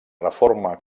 reforma